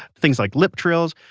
things like lip trills.